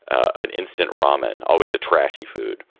an instant ramen, always a trashy food.